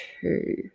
two